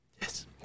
Yes